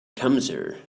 commissaire